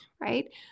right